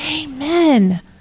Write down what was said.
Amen